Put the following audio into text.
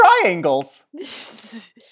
triangles